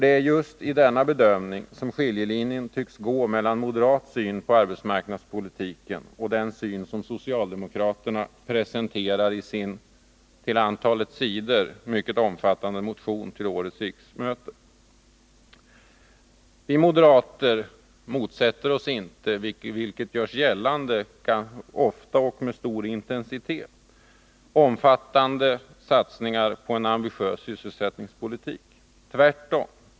Det är just i denna bedömning som skiljelinjen tycks gå mellan moderat syn på arbetsmarknadspolitiken och den syn som socialdemokratin presenterar i sin, till antalet sidor, mycket omfattande motion till årets riksmöte. Vi moderater motsätter oss inte, vilket ofta görs gällande ofta och med stor intensitet, omfattande satsningar på en ambitiös sysselsättningspolitik, tvärtom.